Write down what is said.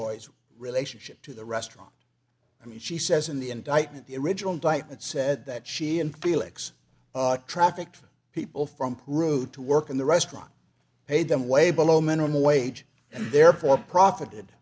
choices relationship to the restaurant and she says in the indictment the original indictment said that she and felix trafficked people from peru to work in the restaurant paid them way below minimum wage and therefore profited